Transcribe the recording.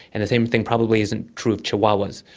and the same thing probably isn't true of chihuahuas.